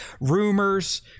rumors